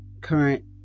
current